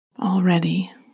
Already